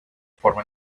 forma